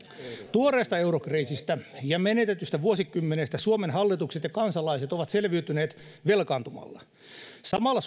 tuoreesta eurokriisistä ja menetetystä vuosikymmenestä suomen hallitukset ja kansalaiset ovat selviytyneet velkaantumalla samalla